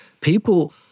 people